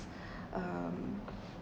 um